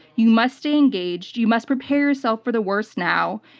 you must stay engaged. you must prepare yourself for the worst now,